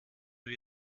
wie